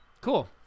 cool